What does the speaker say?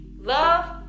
Love